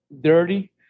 dirty